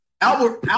Albert